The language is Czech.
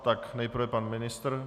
Tak nejprve pan ministr?